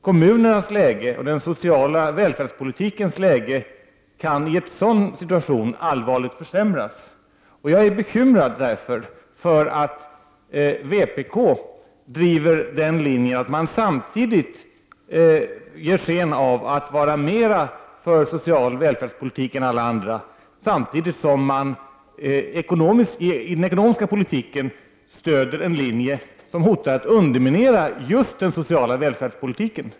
Kommunernas läge och den sociala välfärdspolitikens läge kan i en sådan situation allvarligt försämras. Jag är bekymrad över att vpk driver den linjen, att man ger sken av att vara mera för social välfärdspolitik än alla andra samtidigt som man i den ekonomiska politiken stöder en linje som hotar att underminera just den sociala välfärdspolitiken.